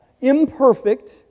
imperfect